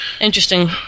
Interesting